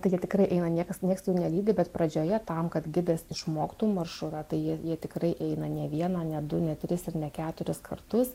jie tikrai eina niekas nieks jų nelydi bet pradžioje tam kad gidas išmoktų maršrurą tai jie jie tikrai eina ne vieną ne du ne tris ir ne keturis kartus